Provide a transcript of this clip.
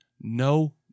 no